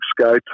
Sky